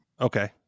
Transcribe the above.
Okay